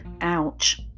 ouch